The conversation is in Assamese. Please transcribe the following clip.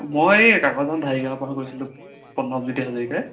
মই এই কাকজান ঢাৰি গাঁৱৰ পৰা কৈছিলো প্ৰণৱজ্যোতি হাজৰিকাই